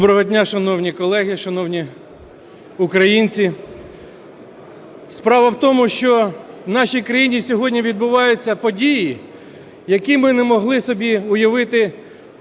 Доброго дня, шановні колеги, шановні українці! Справа в тому, що в нашій країні сьогодні відбуваються події, які ми не могли собі уявити